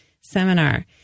seminar